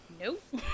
nope